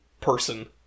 person